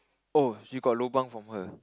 oh you got lobang from her